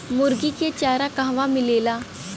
मुर्गी के चारा कहवा मिलेला?